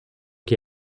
que